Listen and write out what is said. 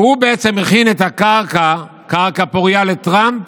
והוא בעצם הכין את הקרקע, קרקע פורייה לטראמפ,